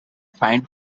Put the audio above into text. find